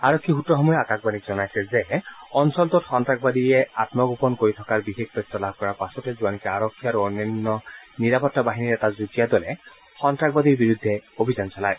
আৰক্ষী সূত্ৰসমূহে আকাশবাণীক জনাইছে যে অঞ্চলটোত সন্তাসবাদী আমগোপন কৰি থকাৰ বিশেষ তথ্য লাভ কৰাৰ পাছতে যোৱা নিশা আৰক্ষী আৰু অন্যান্য নিৰাপত্তা বাহিনীৰ এটা যুটীয়া দলে সন্ত্ৰাসবাদীৰ বিৰুদ্ধে অভিযান চলায়